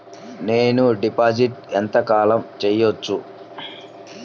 నేను డిపాజిట్ ఎంత కాలం చెయ్యవచ్చు?